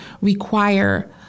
require